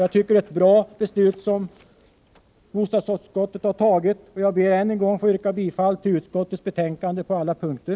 Jag tycker bostadsutskottets ställningstagande är bra och jag ber att än en gång få yrka bifall till utskottets hemställan på alla punkter.